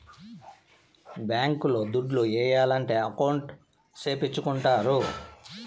bank లో దుడ్లు ఏయాలంటే అకౌంట్ సేపిచ్చుకుంటారు